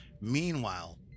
Meanwhile